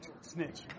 snitch